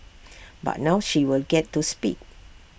but now she will get to speak